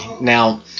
Now